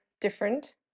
different